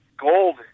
gold